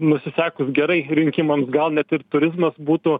nusisekus gerai rinkimams gal net ir turizmas būtų